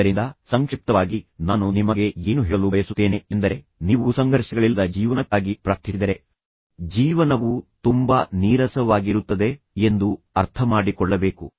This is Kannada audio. ಆದ್ದರಿಂದ ಸಂಕ್ಷಿಪ್ತವಾಗಿ ನಾನು ನಿಮಗೆ ಏನು ಹೇಳಲು ಬಯಸುತ್ತೇನೆ ಎಂದರೆ ನೀವು ಸಂಘರ್ಷಗಳಿಲ್ಲದ ಜೀವನಕ್ಕಾಗಿ ಪ್ರಾರ್ಥಿಸಿದರೆ ಜೀವನವು ತುಂಬಾ ಮಂದವಾಗಿರುತ್ತದೆ ತುಂಬಾ ನೀರಸವಾಗಿರುತ್ತದೆ ತುಂಬಾ ಏಕತಾನತೆಯಿಂದ ಕೂಡಿರುತ್ತದೆ ಎಂದು ಅರ್ಥಮಾಡಿಕೊಳ್ಳಬೇಕು